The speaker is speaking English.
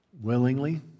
willingly